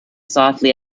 softly